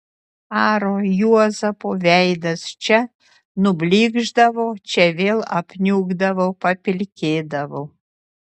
aro juozapo veidas čia nublykšdavo čia vėl apniukdavo papilkėdavo